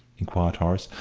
inquired horace.